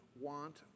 want